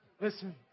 Listen